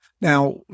Now